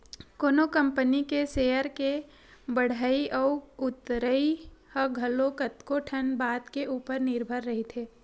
कोनो कंपनी के सेयर के बड़हई अउ उतरई ह घलो कतको ठन बात के ऊपर निरभर रहिथे